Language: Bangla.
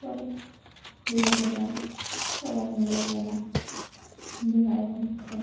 চলো দীঘায় যাই সবাই মিলে গেলাম দীঘায় ঘুরতে